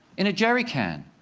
in a jerry can.